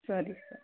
ಸರಿ ಸರ್